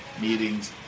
meetings